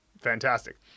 fantastic